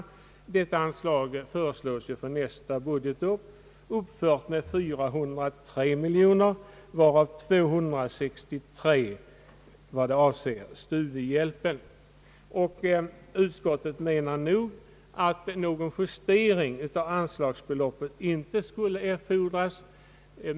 Detta anslag föreslås för nästa budgetår uppfört med 403 miljoner kronor, varav 266 vad avser studiehjälpen. Utskottet menar att någon justering av anslagsbeloppet inte skulle erfordras.